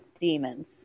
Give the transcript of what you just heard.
demons